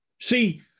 See